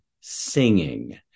singing